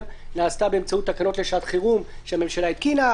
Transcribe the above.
נעשתה באמצעות תקנות לשעת חירום שהממשלה התקינה,